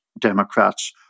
Democrats